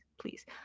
please